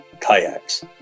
kayaks